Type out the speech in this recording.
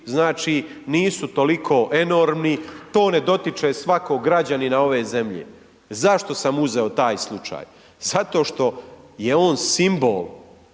znači nisu toliko enormni, to ne dotiče svakog građanina ove zemlje. Zašto sam uzeo taj slučaj? Zato što je on simbol,